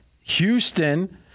Houston